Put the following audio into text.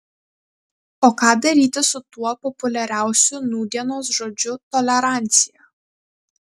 o ką daryti su tuo populiariausiu nūdienos žodžiu tolerancija